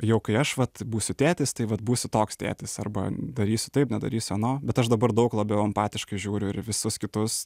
jau kai aš vat būsiu tėtis tai vat būsiu toks tėtis arba darysiu taip nedarysiu ano bet aš dabar daug labiau empatiškai žiūriu ir į visus kitus